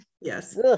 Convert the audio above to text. Yes